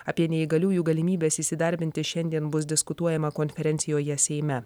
apie neįgaliųjų galimybes įsidarbinti šiandien bus diskutuojama konferencijoje seime